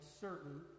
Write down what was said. certain